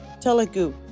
Telugu